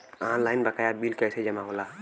Online बकाया bill कैसे जमा होला?